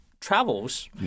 travels